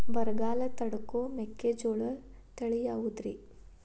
ಬರಗಾಲ ತಡಕೋ ಮೆಕ್ಕಿಜೋಳ ತಳಿಯಾವುದ್ರೇ?